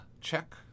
check